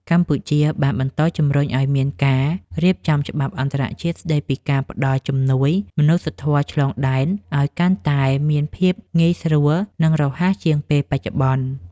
កម្ពុជាបានបន្តជម្រុញឱ្យមានការរៀបចំច្បាប់អន្តរជាតិស្តីពីការផ្តល់ជំនួយមនុស្សធម៌ឆ្លងដែន ឱ្យកាន់តែមានភាពងាយស្រួល និងរហ័សជាងពេលបច្ចុប្បន្ន។